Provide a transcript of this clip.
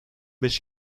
beş